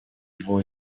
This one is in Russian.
его